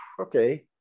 okay